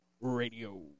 Radio